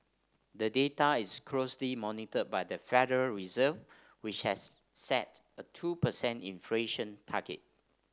the data is closely monitored by the Federal Reserve which has set a two percent inflation target